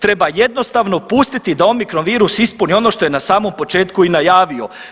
Treba jednostavno pustiti da omicron virus ispuni ono što je na samom početku i najavio.